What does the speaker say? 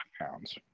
pounds